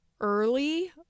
early